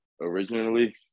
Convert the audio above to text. originally –